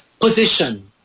Position